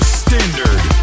standard